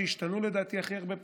שהשתנו הכי הרבה פעמים: